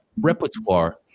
repertoire